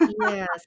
Yes